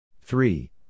three